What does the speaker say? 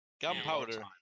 Gunpowder